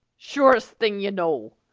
surest thing you know.